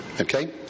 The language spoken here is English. Okay